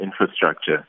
infrastructure